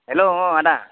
हेल' अ आदा